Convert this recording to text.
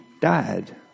died